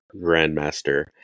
Grandmaster